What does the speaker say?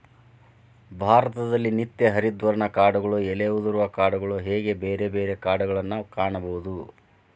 ಭಾರತದಲ್ಲಿ ನಿತ್ಯ ಹರಿದ್ವರ್ಣದ ಕಾಡುಗಳು ಎಲೆ ಉದುರುವ ಕಾಡುಗಳು ಹೇಗೆ ಬೇರೆ ಬೇರೆ ಕಾಡುಗಳನ್ನಾ ಕಾಣಬಹುದು